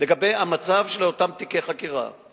לגבי המצב של אותם תיקי חקירה,